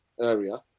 area